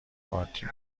پارتی